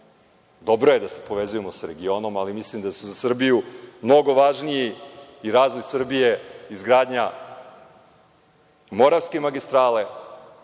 Dobro je da se povezujemo sa regionom, ali mislim da je za Srbiju mnogo važnija izgradnja Moravske magistrale,